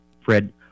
Fred